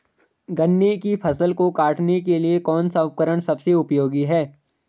गन्ने की फसल को काटने के लिए कौन सा उपकरण सबसे उपयोगी है?